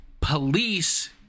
police